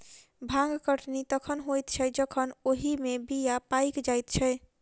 भांग कटनी तखन होइत छै जखन ओहि मे बीया पाइक जाइत छै